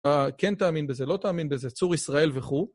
כן תאמין בזה, לא תאמין בזה, צור ישראל וכו'.